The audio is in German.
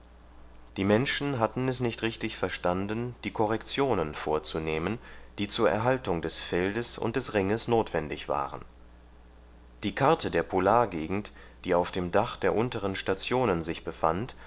die menschen hatten es nicht richtig verstanden die korrektionen vorzunehmen die zur erhaltung des feldes und des ringes notwendig waren die karte der polargegend die auf dem dach der unteren stationen sich befand